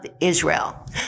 Israel